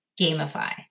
Gamify